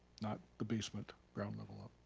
not the basement ground level up.